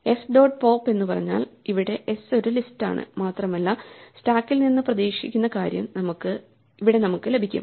s dot pop എന്ന് പറഞ്ഞാൽ ഇവിടെ s ഒരു ലിസ്റ്റാണ് മാത്രമല്ല സ്റ്റാക്കിൽ നിന്ന് പ്രതീക്ഷിക്കുന്ന കാര്യം ഇവിടെ നമുക്ക് ലഭിക്കും